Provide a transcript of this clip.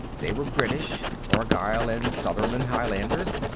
they were british argyle and sutherland highlanders,